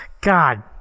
God